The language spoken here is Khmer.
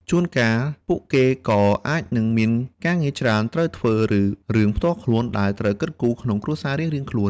ជួនកាល ពួកគេក៏អាចនឹងមានការងារច្រើនត្រូវធ្វើ ឬរឿងផ្ទាល់ខ្លួនដែលត្រូវគិតគូរក្នុងគ្រួសាររៀងៗខ្លួន។